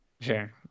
Sure